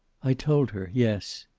i told her, yes.